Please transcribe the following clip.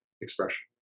expression